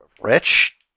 Rich